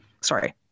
sorry